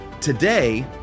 Today